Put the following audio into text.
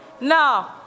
No